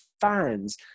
fans